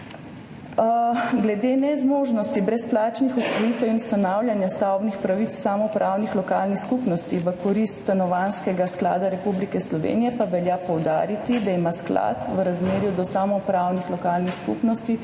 Glede nezmožnosti brezplačnih odsvojitev in ustanavljanja stavbnih pravic samoupravnih lokalnih skupnosti v korist Stanovanjskega sklada Republike Slovenije pa velja poudariti, da ima sklad v razmerju do samoupravnih lokalnih skupnosti